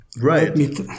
Right